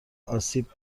آسیب